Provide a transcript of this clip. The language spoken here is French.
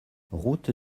route